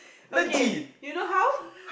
okay you know how